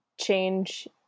change